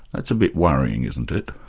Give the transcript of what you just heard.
that's a bit worrying, isn't it?